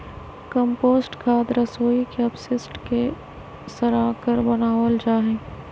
compost खाद रसोई के अपशिष्ट के सड़ाकर बनावल जा हई